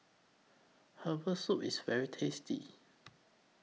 Herbal Soup IS very tasty